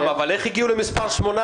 כן, רם, אבל איך הגיעו למספר 800?